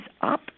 up